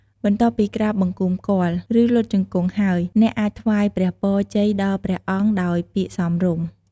បន្ទាប់ពីក្រាបបង្គំគាល់ ឬលុតជង្គង់ហើយ អ្នកអាចថ្វាយព្រះពរជ័យដល់ព្រះអង្គដោយពាក្យសមរម្យ។